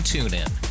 TuneIn